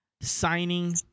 signing